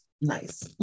nice